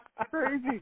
Crazy